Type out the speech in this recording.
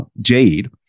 jade